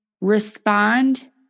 respond